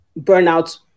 burnout